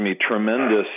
tremendous